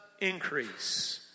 increase